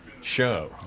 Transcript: show